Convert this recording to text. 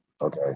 okay